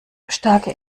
starke